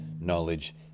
knowledge